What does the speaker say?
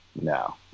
no